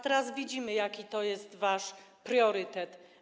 Teraz widzimy, jaki jest wasz priorytet.